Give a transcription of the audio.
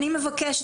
אני מבקשת,